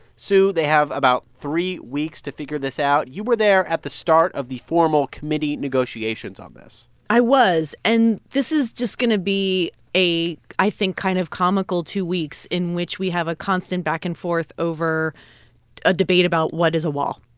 sue, they have about three weeks to figure this out. you were there at the start of the formal committee negotiations on this i was. and this is just going to be a, i think, kind of comical two weeks in which we have a constant back and forth over a debate about, what is a wall.